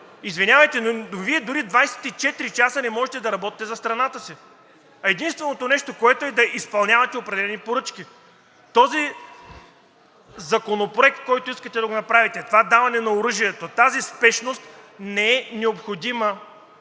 Извинявайте, но Вие дори 24 часа не можете да работите за страната си, а единственото нещо е да изпълнявате определени поръчки! Този законопроект, който искате да го направите, това даване на оръжие, тази спешност не е необходима,